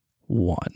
one